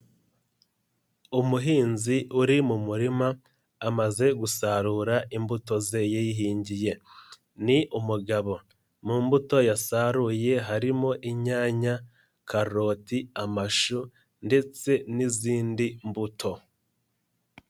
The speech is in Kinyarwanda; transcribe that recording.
Umuhinzi uri mu murima, amaze gusarura imbuto ze yihingiye. Ni umugabo mu mbuto yasaruye harimo inyanya, karoti, amashu ndetse n'izindi mbuto.